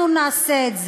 אנחנו נעשה את זה.